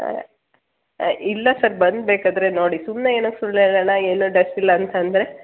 ಹಾಂ ಇಲ್ಲ ಸರ್ ಬಂದು ಬೇಕಾದರೆ ನೋಡಿ ಸುಮ್ಮನೆ ಏನಕ್ಕೆ ಸುಳ್ಳು ಹೇಳೋಣ ಏನು ಡಸ್ಟ್ ಇಲ್ಲ ಅಂತಂದರೆ